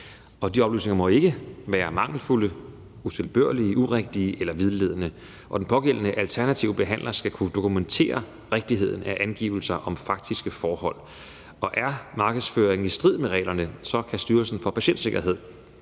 De oplysninger må ikke være mangelfulde, utilbørlige, urigtige eller vildledende. Og den pågældende alternative behandler skal kunne dokumentere rigtigheden af angivelser om faktiske forhold. Er markedsføringen i strid med reglerne, kan Styrelsen for Patientsikkerhed